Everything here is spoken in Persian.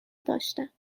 داشتم